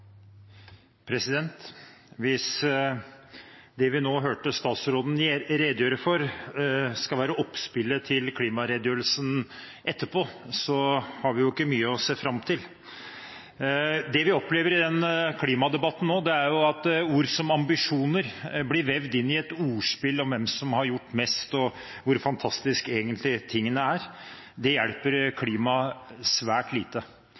vi ikke mye å se fram til. Det vi opplever i klimadebatten nå, er at ord som «ambisjoner» blir vevd inn i et ordspill om hvem som har gjort mest, og hvor fantastisk egentlig tingene er. Det hjelper klimaet svært lite.